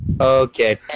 Okay